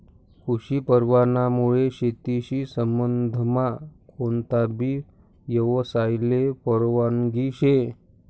कृषी परवानामुये शेतीशी संबंधमा कोणताबी यवसायले परवानगी शे